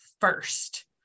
first